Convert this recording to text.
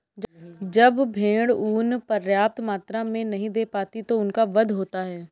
जब भेड़ ऊँन पर्याप्त मात्रा में नहीं दे पाती तो उनका वध होता है